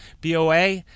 BOA